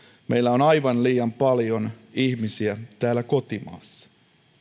meillä on aivan liian paljon ihmisiä täällä kotimaassa